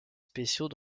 spéciaux